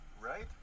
right